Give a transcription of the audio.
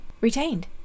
retained